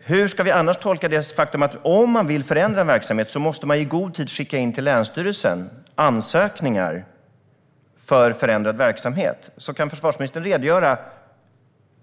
Hur ska vi annars tolka det faktum att man om man vill förändra en verksamhet i god tid måste skicka in ansökningar om förändrad verksamhet till länsstyrelsen? Kan försvarsministern redogöra